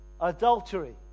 adultery